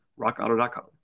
rockauto.com